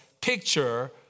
picture